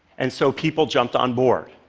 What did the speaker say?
and so people jumped on board,